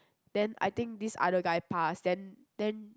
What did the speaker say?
then I think this other guy pass then then